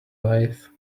life